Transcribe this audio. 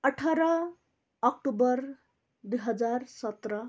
अठार अक्टोबर दुई हजार सत्र